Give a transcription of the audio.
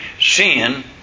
Sin